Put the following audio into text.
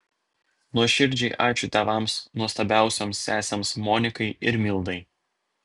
nuoširdžiai ačiū tėvams nuostabiausioms sesėms monikai ir mildai